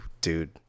Dude